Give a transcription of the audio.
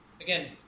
Again